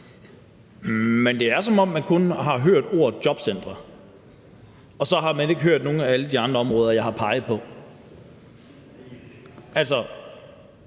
Men det er, som om man kun har hørt ordet jobcentre, og så har man ikke hørt nogle af alle de andre områder, jeg har peget på. Altså,